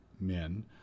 men